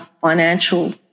financial